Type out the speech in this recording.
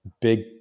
big